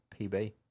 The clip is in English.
PB